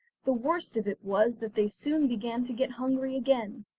the worst of it was that they soon began to get hungry again,